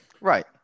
right